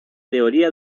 teoría